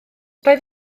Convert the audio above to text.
roedd